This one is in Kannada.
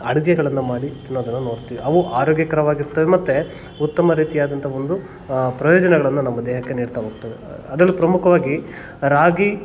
ಅಡುಗೆಗಳನ್ನು ಮಾಡಿ ತಿನ್ನೋದನ್ನು ನೋಡ್ತೀವಿ ಅವು ಆರೋಗ್ಯಕರವಾಗಿರ್ತವೆ ಮತ್ತು ಉತ್ತಮ ರೀತಿಯಾದಂಥ ಒಂದು ಪ್ರಯೋಜನಗಳನ್ನು ನಮ್ಮ ದೇಹಕ್ಕೆ ನೀಡ್ತಾ ಹೋಗ್ತವೆ ಅದರಲ್ಲೂ ಪ್ರಮುಖವಾಗಿ ರಾಗಿ